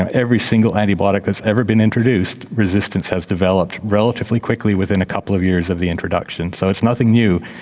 and every single antibiotic has ever been introduced, resistance has developed relatively quickly within a couple of years of the introduction. so it's nothing new,